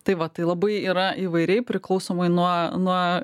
tai va tai labai yra įvairiai priklausomai nuo nuo